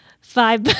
Five